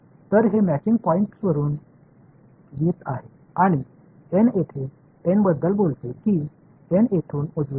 எனவே இது matching point லிருந்து வருவதைப் போன்றது மேலும் இங்கே இந்த n இங்கிருந்து வலதுபுறம் செல்கிறது என்று கூறுகிறது